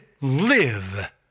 live